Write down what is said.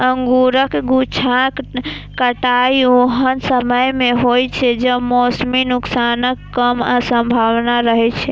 अंगूरक गुच्छाक कटाइ ओहन समय मे होइ छै, जब मौसमी नुकसानक कम संभावना रहै छै